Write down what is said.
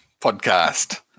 podcast